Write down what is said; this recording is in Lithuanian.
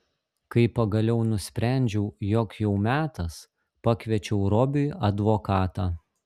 kai pagaliau nusprendžiau jog jau metas pakviečiau robiui advokatą